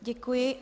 Děkuji.